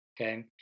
Okay